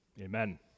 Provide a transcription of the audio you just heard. amen